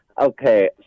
Okay